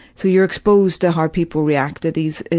so you're exposed to how people react to these,